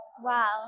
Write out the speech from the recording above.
wow